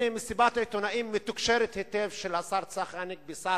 במסיבת עיתונאים מתוקשרת היטב של השר לשעבר צחי הנגבי,